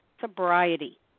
sobriety